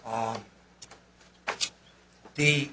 on the